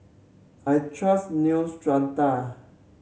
I trust Neostrata